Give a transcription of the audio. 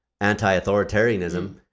anti-authoritarianism